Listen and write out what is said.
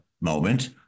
moment